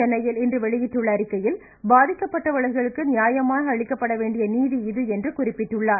சென்னையில் இன்று வெளியிட்டுள்ள அறிக்கையில் பாதிக்கப்பட்டவர்களுக்கு நியாயமாக அளிக்கப்பட வேண்டிய நீதி இது என்று குறிப்பிட்டுள்ளார்